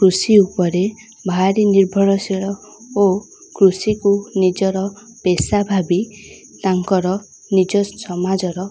କୃଷି ଉପରେ ଭାରି ନିର୍ଭରଶୀଳ ଓ କୃଷିକୁ ନିଜର ପେଶା ଭାବି ତାଙ୍କର ନିଜ ସମାଜର